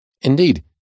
Indeed